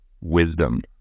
wisdom